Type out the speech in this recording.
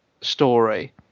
story